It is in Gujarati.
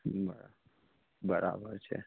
બરાબર બરાબર છે